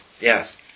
Yes